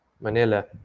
Manila